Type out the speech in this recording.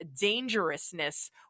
dangerousness